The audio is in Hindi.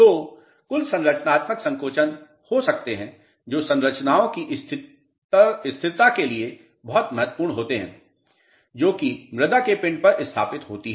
तो कुछ संरचनात्मक संकोचन हो सकते हैं जो संरचनाओं की स्थिरता के लिए बहुत महत्वपूर्ण होते हैं जो कि मृदा के पिंड पर स्थापित होती हैं